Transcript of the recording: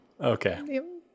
Okay